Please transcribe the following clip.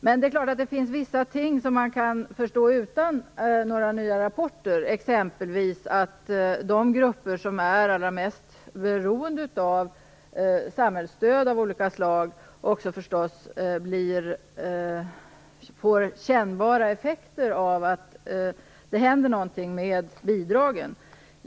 Men det är klart att man kan förstå vissa ting utan några nya rapporter, exempelvis att det blir kännbara effekter för de grupper som är allra mest beroende av samhällsstöd av olika slag, när det händer någonting med bidragen.